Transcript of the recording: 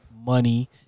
money